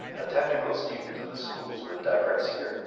a technical student of the schools would digress here,